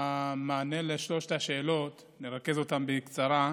במענה על שלוש השאלות, נרכז אותן בקצרה: